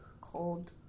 Cold